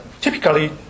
Typically